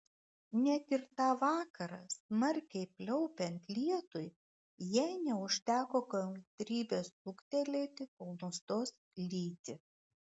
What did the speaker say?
net ir tą vakarą smarkiai pliaupiant lietui jai neužteko kantrybės lukterėti kol nustos lyti